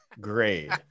grade